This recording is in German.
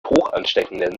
hochansteckenden